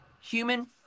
human